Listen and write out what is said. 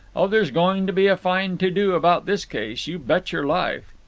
oh, there's going to be a fine to-do about this case, you bet your life!